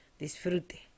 Disfrute